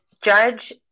judge